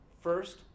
first